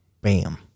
bam